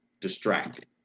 distracted